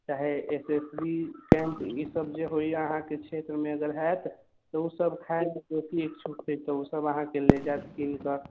चाहे S S B camp ई सब जे होइए अहाँकेँ क्षेत्रमे अगर हाएत तऽ ओ सब खाएके बेसी इच्छुक छै तऽ ओ सब अहाँकेँ ले जाएत कीन कऽ